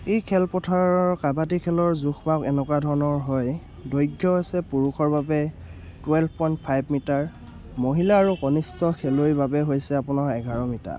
এই খেলপথাৰৰ কাবাডী খেলৰ জোখ মাখ এনেকুৱা ধৰণৰ হয় দৈৰ্ঘ্য় হৈছে পুৰুষৰ বাবে টুৱেলভ পইণ্ট ফাইভ মিটাৰ মহিলা আৰু কনিষ্ঠ খেলুৱৈৰ বাবে হৈছে আপোনাৰ এঘাৰ মিটাৰ